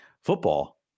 Football